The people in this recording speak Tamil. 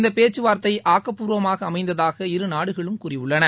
இந்த பேச்சுவாா்த்தை ஆக்கப்பூர்வமாக அமைந்ததாக இரு நாடுகளும் கூறியுள்ளன